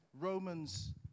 Romans